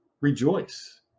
rejoice